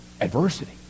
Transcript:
adversity